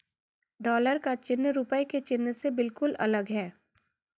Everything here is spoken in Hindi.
डॉलर का चिन्ह रूपए के चिन्ह से बिल्कुल अलग है